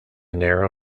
narrow